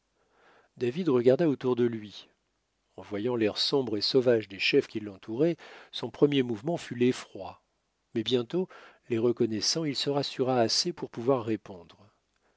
david regarda autour de lui en voyant l'air sombre et sauvage des chefs qui l'entouraient son premier mouvement fut l'effroi mais bientôt les reconnaissant il se rassura assez pour pouvoir répondre